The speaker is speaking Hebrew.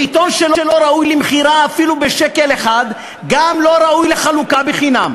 עיתון שאיננו ראוי למכירה אפילו בשקל אחד גם לא ראוי לחלוקה חינם.